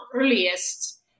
earliest